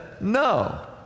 no